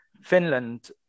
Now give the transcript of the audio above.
finland